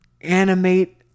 animate